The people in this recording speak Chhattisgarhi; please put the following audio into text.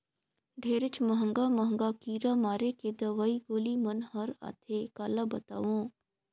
ढेरेच महंगा महंगा कीरा मारे के दवई गोली मन हर आथे काला बतावों